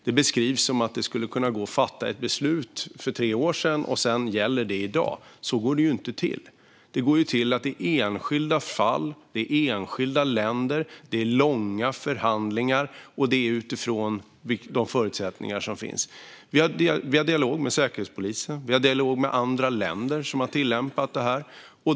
Det beskrivs som att det skulle ha gått att fatta ett beslut för tre år sedan och att det skulle gälla i dag. Så går det ju inte till. Det går till så att det är enskilda fall, det är enskilda länder, det är långa förhandlingar och det är arbete utifrån de förutsättningar som finns. Vi har en dialog med Säkerhetspolisen och med andra länder som har tillämpat detta.